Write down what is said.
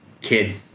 kid